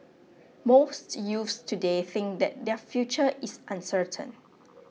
most youths today think that their future is uncertain